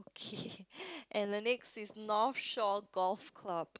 and the next is North Shore Golf Club